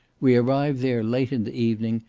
we arrived there late in the evening,